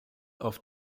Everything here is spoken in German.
auf